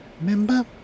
Remember